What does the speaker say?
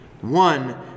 One